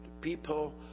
people